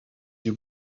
you